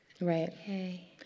Right